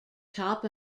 top